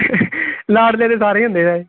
ਲਾਡਲੇ ਦੇ ਸਾਰੇ ਹੀ ਹੁੰਦੇ ਆ